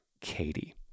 Katie